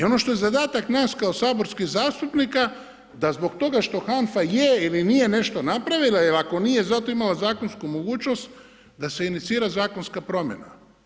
I ono što je zadatak nas kao saborskih zastupnika da zbog toga što HANFA je ili nije nešto napravila ili ako nije zato imala zakonsku mogućnost da se inicira zakonska promjena.